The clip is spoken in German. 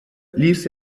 ließ